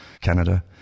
Canada